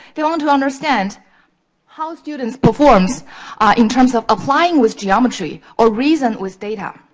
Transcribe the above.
they want to understand how student performs in terms of applying with geometry or reason with data. i'm